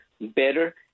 better